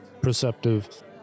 Perceptive